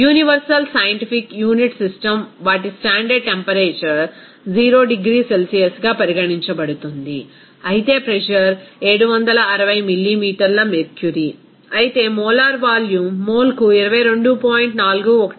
universal scientific unit system వాటి standard temperature 0 degree సెల్సియస్గా పరిగణించబడుతుంది అయితే ప్రెజర్ 760 మిల్లీమీటర్ల మెర్క్యూరీ అయితే మోలార్ వాల్యూమ్ మోల్కు 22